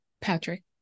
Patrick